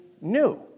new